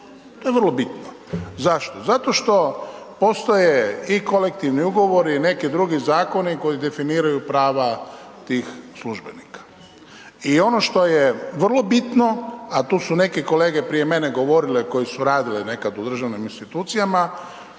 To je vrlo bitno. Zašto? Zato što postoje i kolektivni ugovori i neki drugi zakoni koji definiraju prava tih službenika. I ono što je vrlo bitno, a tu su neki kolege prije mene govorile koji su radile nekad u državnim institucijama